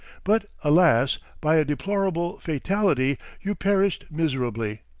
but alas, by a deplorable fatality, you perished miserably,